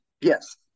Yes